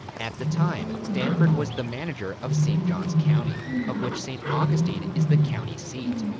at the time, stanford was the manager of st. john's county, of which st. augustine is the county seat.